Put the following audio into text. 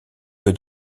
que